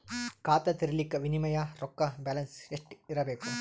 ಖಾತಾ ತೇರಿಲಿಕ ಮಿನಿಮಮ ರೊಕ್ಕ ಬ್ಯಾಲೆನ್ಸ್ ಎಷ್ಟ ಇರಬೇಕು?